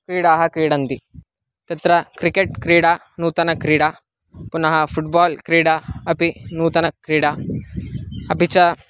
क्रीडाः क्रीडन्ति तत्र क्रिकेट्क्रीडा नूतनक्रीडा पुनः फुट्बाल्क्रीडा अपि नूतनक्रीडा अपि च